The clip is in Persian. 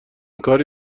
کاری